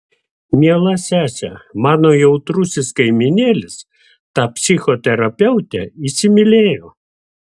miela sese mano jautrusis kaimynėlis tą psichoterapeutę įsimylėjo